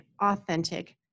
authentic